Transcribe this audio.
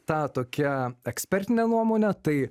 ta tokia ekspertinė nuomonė tai